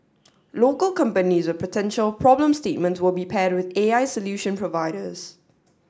local companies with potential problem statements will be paired with A I solution providers